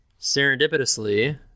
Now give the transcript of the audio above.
serendipitously